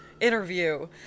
interview